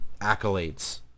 accolades